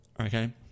Okay